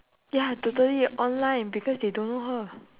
ya totally online because they don't know her